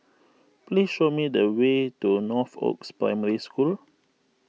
please show me the way to Northoaks Primary School